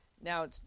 Now